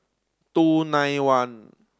two nine one